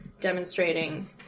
demonstrating